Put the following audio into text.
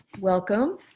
Welcome